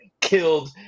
killed